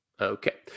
Okay